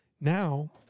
Now